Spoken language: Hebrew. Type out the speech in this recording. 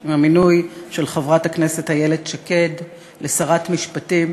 עם המינוי של חברת הכנסת איילת שקד לשרת המשפטים.